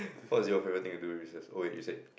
what is it your favourite thing to do during recess oh you said